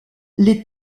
les